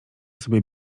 sobie